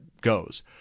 goes